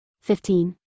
Fifteen